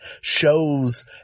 shows